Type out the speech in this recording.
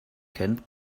kennt